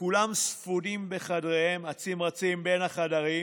כולם ספונים בחדריהם, אצים-רצים בין החדרים